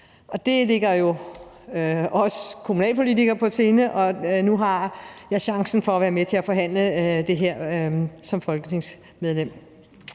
Det ligger jo os kommunalpolitikere på sinde, og nu har jeg chancen for at være med til at forhandle det her som folketingsmedlem.